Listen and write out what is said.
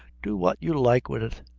do what you like wid it.